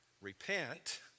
repent